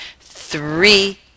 three